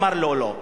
אמר: לא, לא.